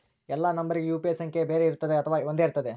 ಎಲ್ಲಾ ನಂಬರಿಗೂ ಯು.ಪಿ.ಐ ಸಂಖ್ಯೆ ಬೇರೆ ಇರುತ್ತದೆ ಅಥವಾ ಒಂದೇ ಇರುತ್ತದೆ?